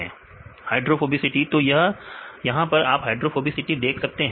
विद्यार्थी हाइड्रोफोबिसिटी तो यहां पर आप हाइड्रोफोबिसिटी देख सकते हैं